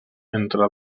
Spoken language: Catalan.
entre